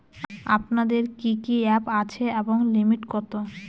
আপনাদের কি কি অ্যাপ আছে এবং লিমিট কত?